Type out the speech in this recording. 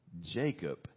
Jacob